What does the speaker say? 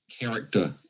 character